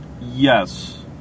yes